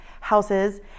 houses